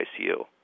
ICU